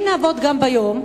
אם נעבוד גם ביום,